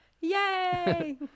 yay